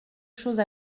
chose